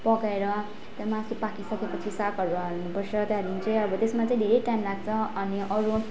पकाएर त्यहाँ मासु पाकिसक्यो पछि सागहरू हाल्नुपर्छ अनि त्यादेखि चाहिँ अब त्यसमा चाहिँ धेरै टाइम लाग्छ अनि अरू